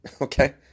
okay